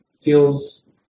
feels